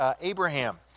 Abraham